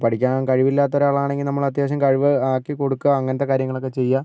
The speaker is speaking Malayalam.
പഠിക്കാൻ കഴിവില്ലാത്ത ഒരാളാണെങ്കിൽ നമ്മൾ അത്യാവശ്യം കഴിവ് ആക്കി കൊടുക്കുക അങ്ങനത്തെ കാര്യങ്ങളൊക്കെ ചെയ്യുക